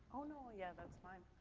oh no. yeah, that's fine.